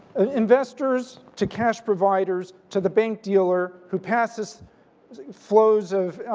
investors to cash providers to the bank dealer who pass this flows of